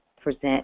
present